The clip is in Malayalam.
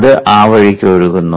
അത് ആ വഴിക്ക് ഒഴുകുന്നു